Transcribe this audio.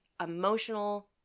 emotional